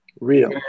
real